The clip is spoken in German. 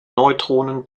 neutronen